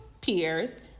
peers